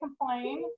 complain